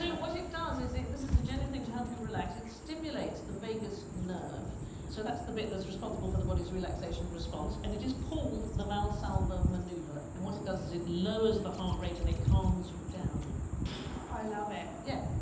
what it does is it this is a genuine thing to help you relax. it stimulates the vagus nerve so that's the bit that's responsible for the body's relaxation response and it is called the valsalva maneuver and what it does is it lowers the heart rate and it calms you down i love it. yeah,